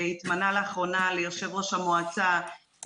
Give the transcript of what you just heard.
שהתמנה לאחרונה ליושב-ראש המועצה,